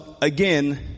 again